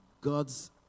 God's